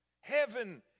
Heaven